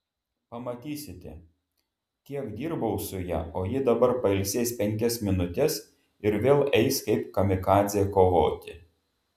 pamatysite tiek dirbau su ja o ji dabar pailsės penkias minutes ir vėl eis kaip kamikadzė kovoti